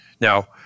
Now